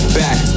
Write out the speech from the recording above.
back